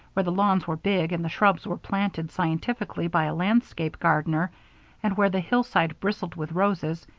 where the lawns were big and the shrubs were planted scientifically by a landscape gardener and where the hillside bristled with roses,